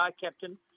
captain